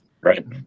Right